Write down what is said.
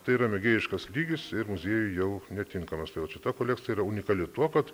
tai yra mėgėjiškas lygis ir muziejui jau netinkamas tai vat šita kolekcija yra unikali tuo kad